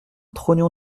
trognon